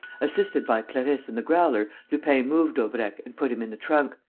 assisted by clarisse and the growler, lupin moved daubrecq and put him in the trunk,